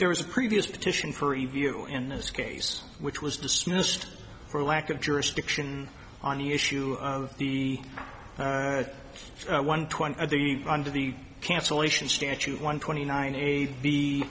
there was a previous petition for review in this case which dismissed for lack of jurisdiction on the issue of the one twenty of the under the cancelation statute one twenty nine a b